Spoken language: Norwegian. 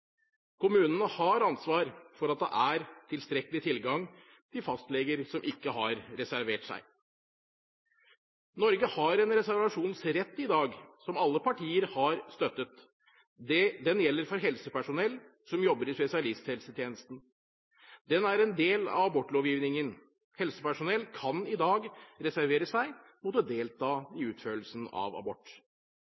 Kommunene har ansvar for at det er tilstrekkelig tilgang til fastleger som ikke har reservert seg. Norge har en reservasjonsrett i dag som alle partier har støttet. Den gjelder for helsepersonell som jobber i spesialisthelsetjenesten. Den er en del av abortlovgivningen. Helsepersonell kan i dag reservere seg mot å delta i